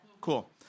Cool